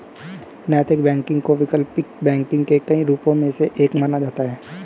नैतिक बैंकिंग को वैकल्पिक बैंकिंग के कई रूपों में से एक माना जाता है